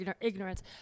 ignorance